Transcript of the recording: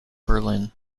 berlin